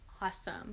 Awesome